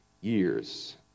years